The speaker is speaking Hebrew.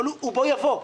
אבל הוא בוא יבוא.